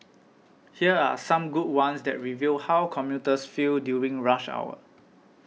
here are some good ones that reveal how commuters feel during rush hour